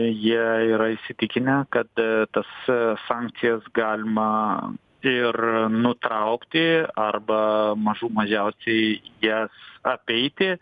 jie yra įsitikinę kad tas sankcijas galima ir nutraukti arba mažų mažiausiai jas apeiti